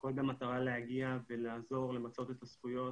הכול במטרה להגיע ולעזור למצות את הזכויות